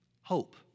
hope